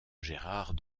gérard